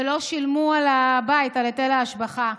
ולא שילמו על הבית היטל השבחה.